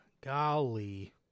Golly